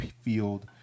field